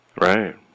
Right